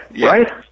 right